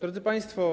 Drodzy Państwo!